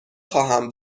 خواهم